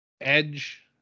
Edge